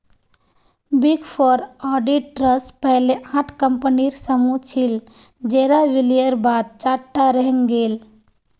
big four auditors पहले आठ कम्पनीर समूह छिल जेरा विलयर बाद चार टा रहेंग गेल